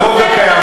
לחוק הקיים.